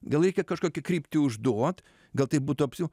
gal reikia kažkokią kryptį užduot gal tai būtų apsiu